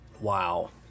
Wow